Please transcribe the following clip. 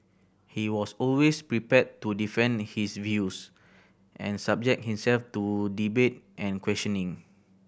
he was always prepared to defend his views and subject himself to debate and questioning